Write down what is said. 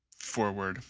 forward,